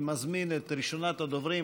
ומזמין את ראשונת הדוברים,